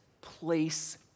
place